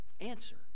Answer